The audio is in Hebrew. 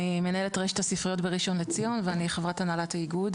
אני מנהלת את רשת הספריות בראשון לציון ואני חברת הנהלת האיגוד.